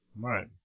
Right